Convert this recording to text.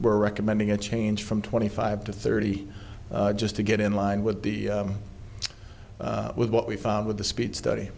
we're recommending a change from twenty five to thirty just to get in line with the with what we found with the speed study